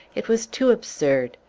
it was too absurd!